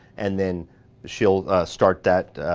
and then she'll start that